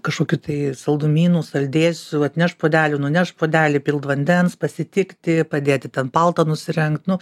kažkokių tai saldumynų saldėsių atnešt puodelių nunešt puodelį įpilt vandens pasitikti padėti ten paltą nusirengt nu